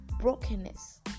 brokenness